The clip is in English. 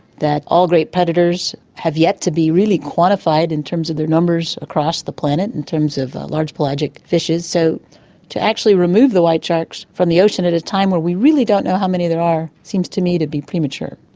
that all great predators have yet to be really quantified in terms of their numbers across the planet, in terms of large pelagic fishes. so to actually remove the white sharks from the ocean at a time when we really don't know how many there are seems to me to be premature.